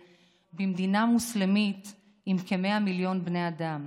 במדינה מוסלמית עם כ-100 מיליון בני אדם?